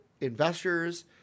investors